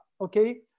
okay